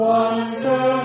Wonder